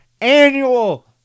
annual